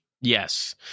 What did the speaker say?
yes